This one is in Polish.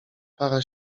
para